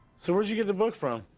so where'd you get the book from?